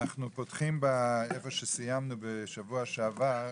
אנחנו פותחים איפה שסיימנו בשבוע שעבר.